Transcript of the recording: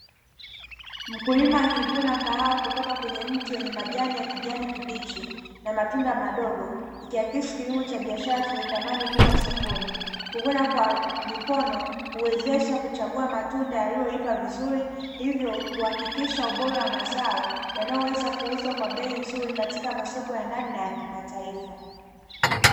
Mkulima akivuna kahawa kutoka kwenye mti wenye majani ya kijani kibichi na matunda madogo. Ikiakisi kilimo cha biashara chenye thamani kubwa sokoni. Kuvuna kwa mikono huwezesha kuchagua matunda yaliyoiva vizuri, hivyo huakikisha ubora wa mazao yanayoweza kuuzwa kwa bei nzuri katika masoko yandani na yakimataifa.